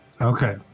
Okay